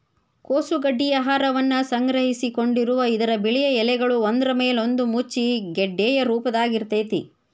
ಕೋಸು ಗಡ್ಡಿ ಆಹಾರವನ್ನ ಸಂಗ್ರಹಿಸಿಕೊಂಡಿರುವ ಇದರ ಬಿಳಿಯ ಎಲೆಗಳು ಒಂದ್ರಮೇಲೊಂದು ಮುಚ್ಚಿ ಗೆಡ್ಡೆಯ ರೂಪದಾಗ ಇರ್ತೇತಿ